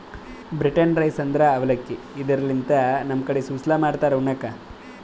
beaten rice ಅಂದ್ರ ಅವಲಕ್ಕಿ, ಇದರ್ಲಿನ್ದ್ ನಮ್ ಕಡಿ ಸುಸ್ಲಾ ಮಾಡ್ತಾರ್ ಉಣ್ಣಕ್ಕ್